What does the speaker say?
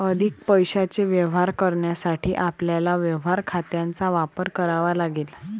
अधिक पैशाचे व्यवहार करण्यासाठी आपल्याला व्यवहार खात्यांचा वापर करावा लागेल